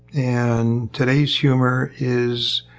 and today's humor is,